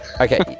Okay